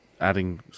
adding